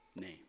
name